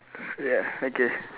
yeah okay